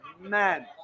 man